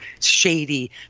shady